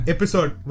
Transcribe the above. Episode